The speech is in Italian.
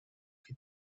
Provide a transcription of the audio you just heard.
che